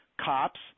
cops